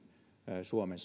suomen